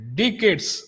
decades